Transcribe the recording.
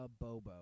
Bobo